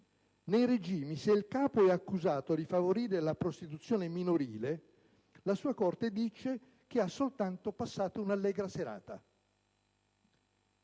Nei regimi, se il capo è accusato di favorire la prostituzione minorile, la sua corte dice che ha soltanto passato un'allegra serata.